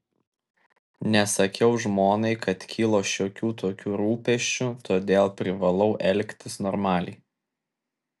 nesakiau žmonai kad kilo šiokių tokių rūpesčių todėl privalau elgtis normaliai